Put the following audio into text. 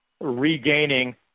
regaining